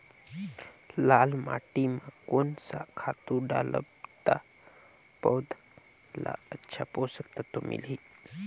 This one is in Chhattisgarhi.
लाल माटी मां कोन सा खातु डालब ता पौध ला अच्छा पोषक तत्व मिलही?